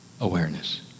awareness